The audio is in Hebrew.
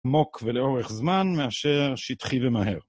עמוק ולאורך זמן, מאשר שטחי ומהר.